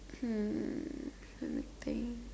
hmm let me think